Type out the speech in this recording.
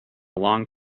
long